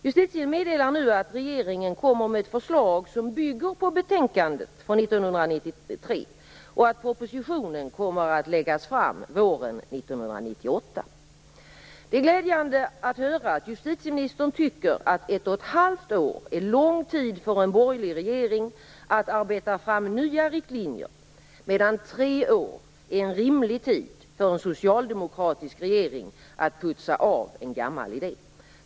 Justitieministern meddelar nu att regeringen kommer med ett förslag som bygger på betänkandet från 1993 och att propositionen kommer att läggas fram våren 1998. Det är glädjande att höra att justitieministern tycker att ett och ett halvt år är lång tid för en borgerlig regering att arbeta fram nya riktlinjer medan tre år är en rimlig tid för en socialdemokratisk regering att putsa av en gammal idé.